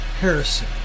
Harrison